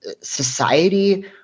society